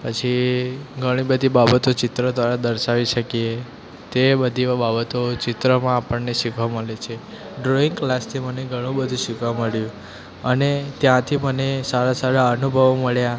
પછી ઘણી બધી બાબતો ચિત્ર દ્વારા દર્શાવી શકીએ તે બધી બાબતો ચિત્રમાં આપણને શીખવા મળે છે ડ્રોઈંગ ક્લાસથી મને ઘણું બધું શીખવા મળ્યું છે અને ત્યાંથી મને સારા સારા અનુભવો મળ્યા